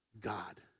God